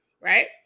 Right